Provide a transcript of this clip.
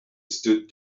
stood